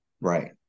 Right